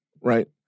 Right